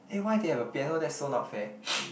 eh why didn't have a piano that's so not fair